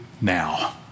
now